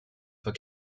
for